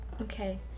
Okay